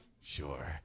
Sure